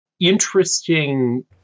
interesting